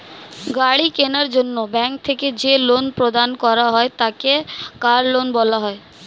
গাড়ি কেনার জন্য ব্যাঙ্ক থেকে যে লোন প্রদান করা হয় তাকে কার লোন বলা হয়